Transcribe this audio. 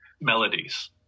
melodies